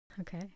Okay